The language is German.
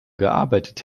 gearbeitet